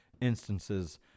instances